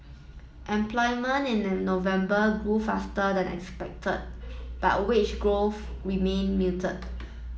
employment in the November grew faster than expected but wage growth remained muted